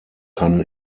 kann